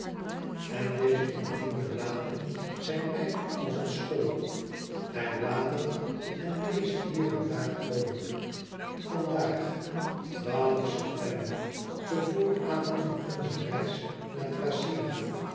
en deze intieme bladen zijn mij als een school hij bladert en leest hier en daar over vandaag eptember den vooravond van onze reis naar thracyna